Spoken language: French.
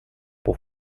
pour